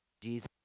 Jesus